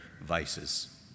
vices